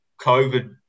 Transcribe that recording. COVID